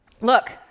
look